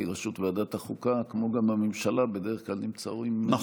כי ראשות ועדת החוקה כמו גם הממשלה בדרך כלל נמצאות בקואליציה.